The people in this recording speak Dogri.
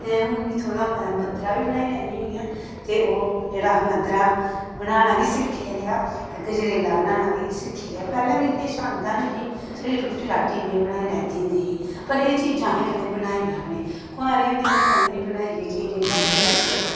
ते हुन में थोड़ा मता मद्दरा बी बनाई लैन्नी होन्नी आं ते ओह् जेह्ड़ा मद्दरा बनाना बी सिक्खी लेआ ते गजरेला बनाना बी सिक्खी लेआ पैह्लें मिगी किश औंदा निं ही फिर रूट्टी राटी में बनाई लैंदी होंदी ही पर एह् चीजां अहें कदें बनाइयां गै नेईं कोआरे होंदे में कदें निं बनाई ही एह् चीज मदरा गजरेला